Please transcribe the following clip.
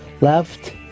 left